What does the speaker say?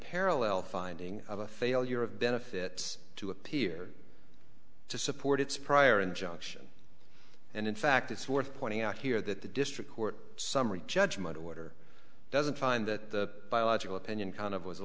parallel finding of a failure of benefits to appear to support its prior injunction and in fact it's worth pointing out here that the district court summary judgment order doesn't find that the biological opinion kind of was a